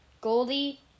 Goldie